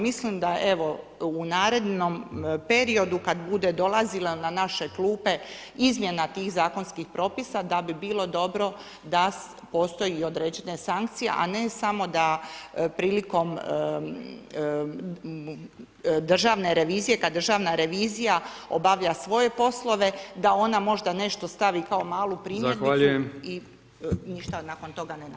Mislim da u narednom periodu kada bude dolazila na naše klupe izmjena tih zakonskih propisa da bi bilo dobro da postoje i određene sankcije, a ne samo da prilikom državne revizije kada Državna revizija obavlja svoje poslove da ona možda nešto stavi kao malu primjedbicu i ništa nakon toga ne naprave.